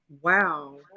Wow